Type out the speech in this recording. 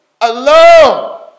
alone